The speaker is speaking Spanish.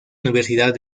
universidad